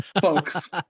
folks